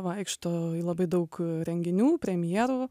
vaikšto į labai daug renginių premjerų